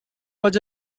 was